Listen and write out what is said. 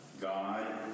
God